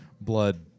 blood